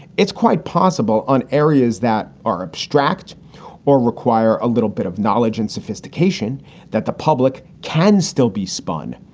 it's quite possible on areas that are abstract or require a little bit of knowledge and sophistication that the public can still be spun.